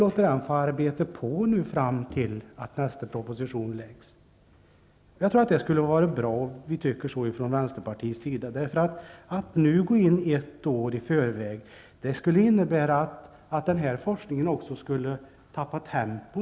Vi från vänsterpartiet tycker att det skulle vara bra. Att nu gå in -- ett år i förväg -- skulle innebära att den här forskningen också tappar tempo.